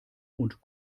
und